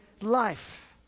life